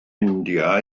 india